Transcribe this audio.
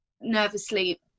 nervously